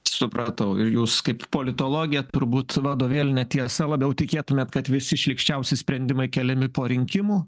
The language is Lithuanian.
supratau ir jūs kaip politologė turbūt vadovėline tiesa labiau tikėtumėt kad visi šlykščiausi sprendimai keliami po rinkimų